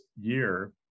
year